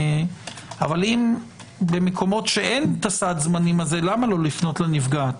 אבל אם במקומות שאין סד הזמנים הזה למה לא לפנות לנפגעת?